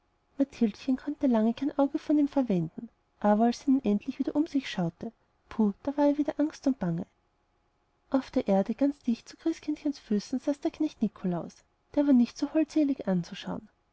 konnte lange kein auge von ihm verwenden aber als sie nun endlich weiter um sich schaute puh da ward ihr wieder angst und bange auf der erde ganz dicht zu christkindchens füßen saß der knecht nikolaus der war nicht so holdselig anzuschauen